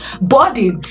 body